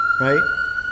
Right